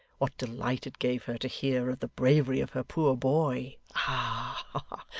what delight it gave her to hear of the bravery of her poor boy! ah!